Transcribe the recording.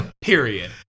period